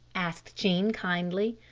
asked jean kindly.